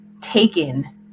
taken